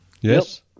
Yes